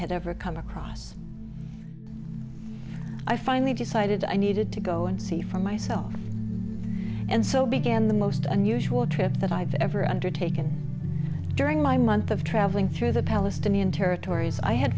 had ever come across i finally decided i needed to go and see for myself the and so began the most unusual trip that i've ever undertaken during my month of travelling through the palestinian territories i had